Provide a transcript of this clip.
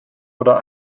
oder